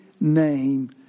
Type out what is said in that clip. name